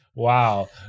Wow